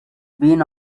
been